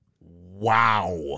wow